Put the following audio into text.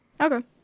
Okay